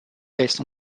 based